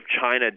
China